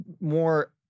more